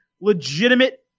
legitimate